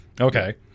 Okay